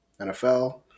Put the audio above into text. NFL